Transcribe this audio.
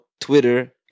Twitter